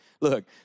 Look